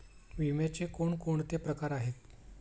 विम्याचे कोणकोणते प्रकार आहेत?